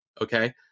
Okay